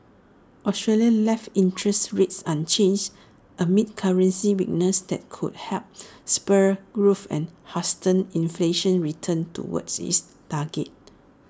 Australia left interest rates unchanged amid currency weakness that could help spur growth and hasten inflation's return toward its target